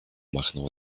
machnął